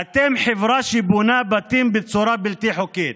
אתם חברה שבונה בתים בצורה בלתי חוקית,